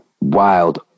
wild